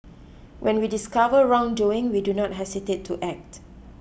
when we discover wrongdoing we do not hesitate to act